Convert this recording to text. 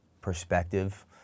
perspective